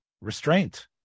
restraint